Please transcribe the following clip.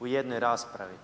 u jednoj raspravi.